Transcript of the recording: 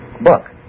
book